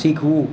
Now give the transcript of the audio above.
શીખવું